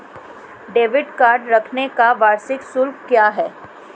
Debit card रखने का वार्षिक शुल्क क्या है?